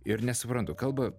ir nesuprantu kalba